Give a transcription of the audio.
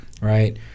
right